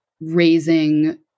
raising